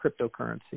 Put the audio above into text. cryptocurrency